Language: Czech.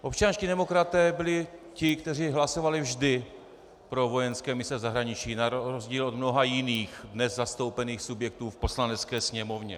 Občanští demokraté byli ti, kteří hlasovali vždy pro vojenské mise v zahraničí, na rozdíl od mnoha jiných dnes zastoupených subjektů v Poslanecké sněmovně.